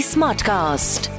Smartcast